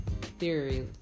theory